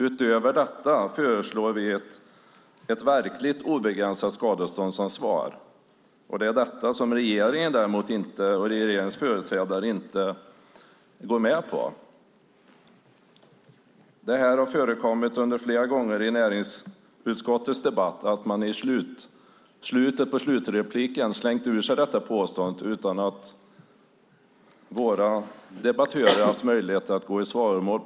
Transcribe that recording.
Utöver det föreslår vi ett verkligt obegränsat skadeståndsansvar. Det är detta som regeringens företrädare däremot inte går med på. Det har förekommit flera gånger i debatter om näringsutskottets ärenden att man i slutet av slutrepliken slänger ut ett påstående utan att debattörerna har haft möjlighet att gå i svaromål.